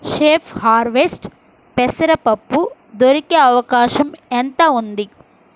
safe harvest పెసరపప్పు దొరికే అవకాశం ఎంత ఉంది